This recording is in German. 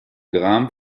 gram